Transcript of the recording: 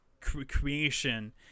creation